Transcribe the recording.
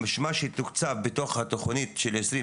מה שתוקצב בתוך התכנית של 2021,